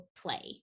play